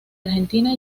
argentina